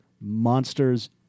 Monsters